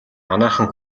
манайхан